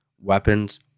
weapons